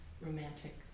romantic